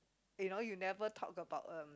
you know you never talk about um